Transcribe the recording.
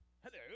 hello